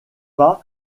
pas